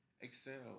Excel